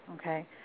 okay